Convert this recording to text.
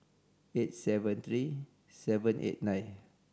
eight seven three seven eight nine